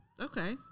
Okay